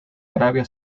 arabia